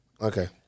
Okay